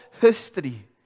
history